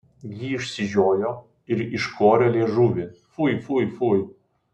ji išsižiojo ir iškorė liežuvį fui fui fui